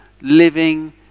living